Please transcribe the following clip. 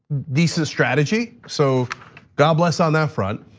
these are strategy. so god bless on that front.